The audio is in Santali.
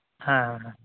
ᱦᱮᱸ ᱦᱮᱸ